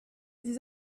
dix